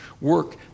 work